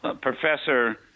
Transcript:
Professor